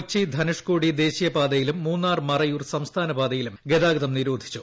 കൊച്ചി ധനുഷ്കോടി ദേശീയ പാതയിലും മൂന്നാർ മറയൂർ സംസ്ഥാന പാതയിലും ഗതാഗതം നിരോധിച്ചു